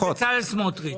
זה בצלאל סמוטריץ.